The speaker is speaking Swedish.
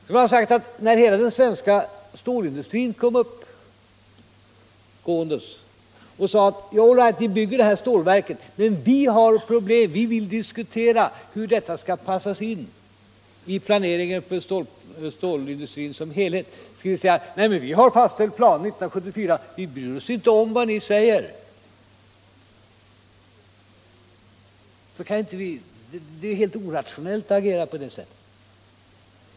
Företrädare för hela den svenska stålindustrin kom upp och sade: All right, ni bygger det här stålverket, men vi har problem, vi vill diskutera hur detta skall passas in i planeringen för stålindustrin som helhet. Skulle vi då ha sagt: Vi har fastställt planer 1974. Vi bryr oss inte om vad ni säger. — Så kan inte vi resonera! Det är helt orationellt att agera på det sättet.